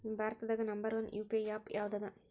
ಭಾರತದಾಗ number one UPI app ಯಾವದದ